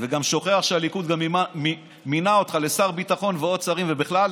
וגם שוכח שהליכוד מינה אותך לשר הביטחון ועוד שרים ובכלל